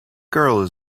girl